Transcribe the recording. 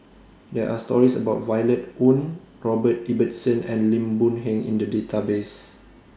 There Are stories about Violet Oon Robert Ibbetson and Lim Boon Heng in The Database